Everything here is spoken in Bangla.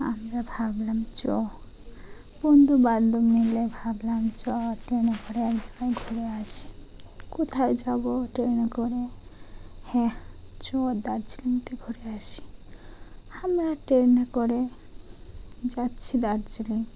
আমরা ভাবলাম চ বন্ধুবান্ধব মিলে ভাবলাম চ ট্রেনে করে এক দিন ঘুরে আসি কোথায় যাবো ট্রেনে করে হ্যাঁ চো দার্জিলিংতে ঘুরে আসি আমরা ট্রেনে করে যাচ্ছি দার্জিলিং